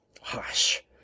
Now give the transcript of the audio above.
Hush